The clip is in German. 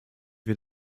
wir